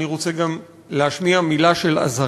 אני גם רוצה להשמיע מילה של אזהרה.